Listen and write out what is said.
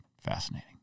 fascinating